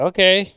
Okay